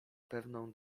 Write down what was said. pewną